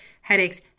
headaches